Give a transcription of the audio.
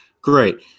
Great